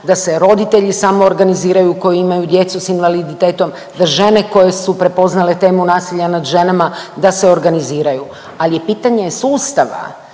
da se roditelji samoorganiziraju koji imaju djecu s invaliditetom, da žene koje su prepoznale temu nasilja nad ženama da se organiziraju, al je pitanje sustava